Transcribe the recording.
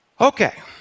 Okay